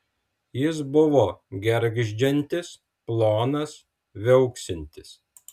jis buvo gergždžiantis plonas viauksintis